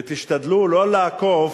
ותשתדלו לא לעקוף